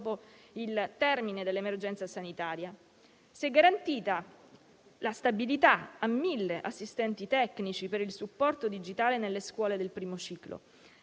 il termine dell'emergenza sanitaria. Si è anche garantita la stabilità a 1.000 assistenti tecnici per il supporto digitale nelle scuole del primo ciclo.